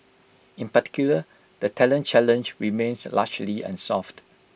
in particular the talent challenge remains largely unsolved